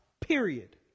period